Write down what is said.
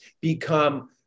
become